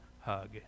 hug